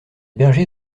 bergers